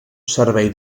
servei